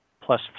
plus